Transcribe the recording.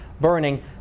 burning